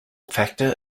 factor